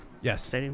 Yes